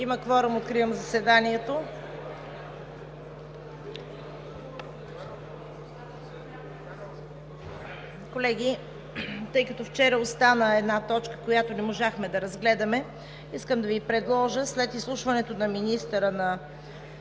Има кворум. Откривам заседанието. Колеги, тъй като вчера остана една точка, която не можахме да разгледаме, искам да Ви предложа след изслушването на министъра на